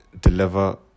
deliver